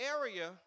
area